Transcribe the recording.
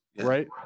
right